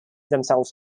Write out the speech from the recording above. themselves